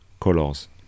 colors